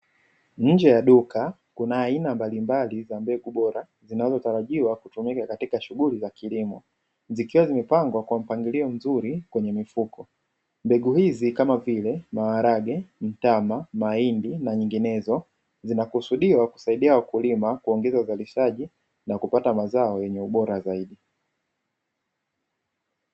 Nje ya duka, kuna aina mbalimbali za mbegu bora zinazotarajiwa kutumika katika shughuli za kilimo zikiwa zimepangwa kwa mpangilio mzuri kwenye mifuko. Mbegu hizi ni kama vile maharage, mtama, mahindi na zinginezo zinakusudiwa kusaidia wakulima kuongeza uzalishaji na kupata na kupata mazao yenye ubora zaidi.